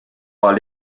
all